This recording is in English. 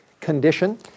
condition